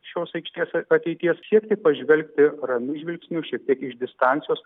šios aikštės a ateities siekti pažvelgti ramiu žvilgsniu šiek tiek iš distancijos